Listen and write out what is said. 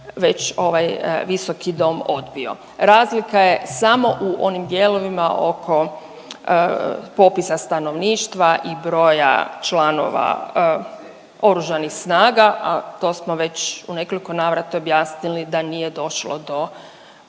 već ovaj Visoki dom odbio. Razlika je samo u onim dijelovima oko popisa stanovništva i broja članova Oružanih snaga, a to smo već u nekoliko navrata objasnili da nije došlo do